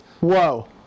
Whoa